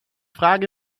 frage